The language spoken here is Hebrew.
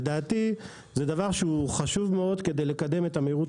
לדעתי זה דבר שהוא חשוב מאוד כדי לקדם את המהירות